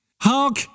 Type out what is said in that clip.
Hark